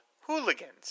Hooligans